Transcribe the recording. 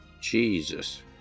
Jesus